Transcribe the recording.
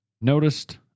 noticed